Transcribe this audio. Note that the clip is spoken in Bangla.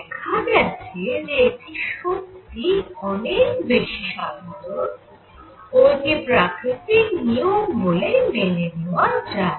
দেখা গেছে যে এটি সত্যি অনেক বেশী সাধারণ ও একে প্রাকৃতিক নিয়ম বলে মেনে নেওয়া যায়